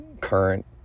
current